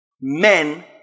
Men